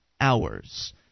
hours